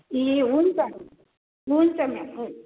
ए हुन्छ हुन्छ हुन्छ म्याम हुन्छ